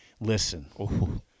listen